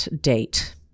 date